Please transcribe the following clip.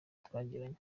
twagiranye